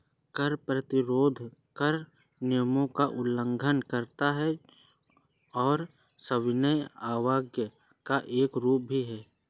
कर प्रतिरोध कर नियमों का उल्लंघन करता है और सविनय अवज्ञा का एक रूप भी है